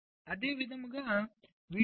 అదేవిధంగా వీటి మధ్య నిలువు అంచు ఉంటుంది